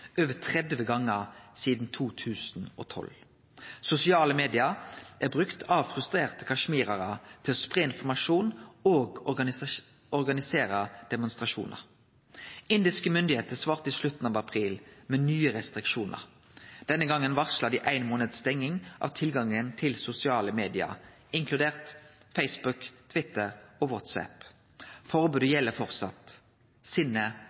over 30 gonger sidan 2012. Sosiale medium er brukte av frustrerte kasjmirarar til å spreie informasjon og organisere demonstrasjonar. Indiske myndigheiter svarte i slutten av april med nye restriksjonar. Denne gongen varsla dei ein månads stenging av tilgangen til sosiale medium, inkludert Facebook, Twitter og WhatsApp. Forbodet